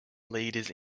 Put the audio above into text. leaders